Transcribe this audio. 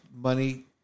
money